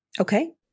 Okay